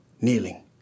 kneeling